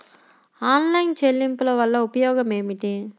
Online చెల్లింపుల వల్ల ఉపయోగమేమిటీ?